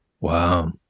Wow